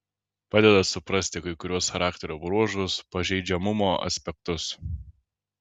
padeda suprasti kai kuriuos charakterio bruožus pažeidžiamumo aspektus